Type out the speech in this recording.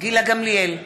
גילה גמליאל,